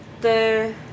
the-